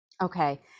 Okay